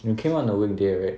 you came on a weekday right